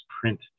print